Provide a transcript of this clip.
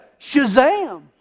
shazam